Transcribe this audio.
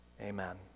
Amen